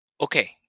Okay